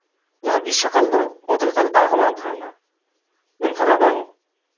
ᱡᱟᱦᱟᱸ ᱜᱤᱨᱥᱚ ᱠᱟᱞᱫᱚ ᱚᱛ ᱞᱟᱛᱟᱨ ᱨᱮ ᱫᱟᱜᱦᱚᱸ ᱵᱟᱝ ᱛᱟᱦᱮᱱᱟ ᱢᱮᱱᱠᱷᱟᱱ ᱨᱟᱵᱟᱝ